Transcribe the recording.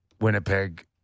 Winnipeg